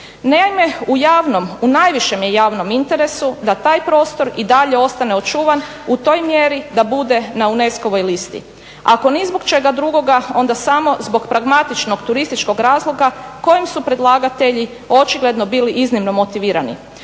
javnom, u najvišem je javnom interesu da taj prostor i dalje ostane očuvan u toj mjeri da bude na UNESCO-ovoj listi ako ni zbog čega drugoga onda samo zbog pragmatičnog turističkog razloga kojim su predlagatelji očigledno bili iznimno motivirani.